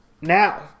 Now